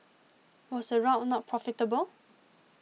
was the route not profitable